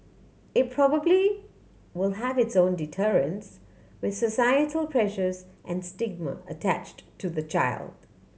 it probably will have its own deterrents with societal pressures and stigma attached to the child